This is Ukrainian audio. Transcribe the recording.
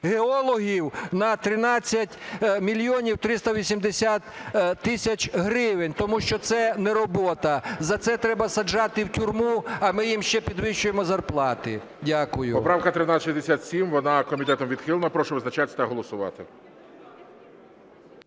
геологів на 13 мільйонів 380 тисяч гривень, тому що це не робота, за це треба саджати в тюрму, а ми їм ще підвищуємо зарплати. Дякую. ГОЛОВУЮЧИЙ. Поправка 1367, вона комітетом відхилена. Прошу визначатися та голосувати.